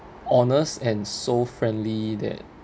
honest and so friendly that